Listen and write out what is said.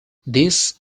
this